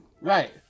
Right